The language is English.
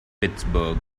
pittsburgh